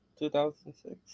2006